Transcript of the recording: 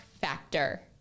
factor